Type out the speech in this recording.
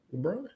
LeBron